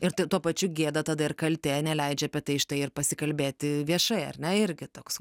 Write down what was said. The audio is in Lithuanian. ir tuo pačiu gėda tada ir kaltė neleidžia apie tai štai ir pasikalbėti viešai ar ne irgi toks